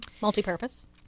Multi-purpose